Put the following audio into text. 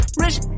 Rich